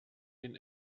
den